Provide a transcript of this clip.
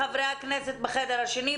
מחברי הכנסת בחדר השני,